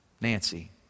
Nancy